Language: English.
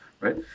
right